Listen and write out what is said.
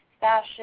fashion